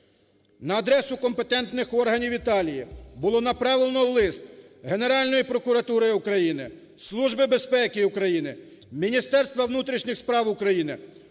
На адресу компетентних органів Італії було направлено лист Генеральної прокуратури України, Служби безпеки України, Міністерства внутрішніх справ України